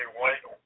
white